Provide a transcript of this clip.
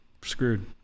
screwed